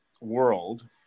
world